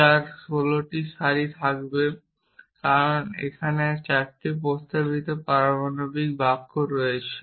যার 16টি সারি থাকবে কারণ এখানে 4টি প্রস্তাবিত পারমাণবিক বাক্য রয়েছে